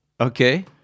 Okay